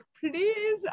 please